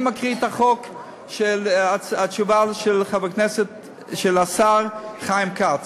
אני מקריא את התשובה של השר חיים כץ